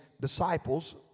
disciples